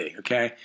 okay